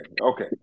Okay